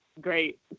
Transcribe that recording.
great